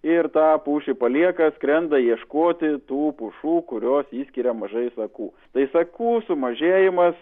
ir tą pušį palieka skrenda ieškoti tų pušų kurios išskiria mažai sakų tai sakų sumažėjimas